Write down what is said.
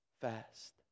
Fast